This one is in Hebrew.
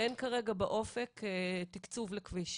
ואין כרגע באופק תקצוב לכביש.